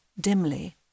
dimly